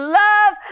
love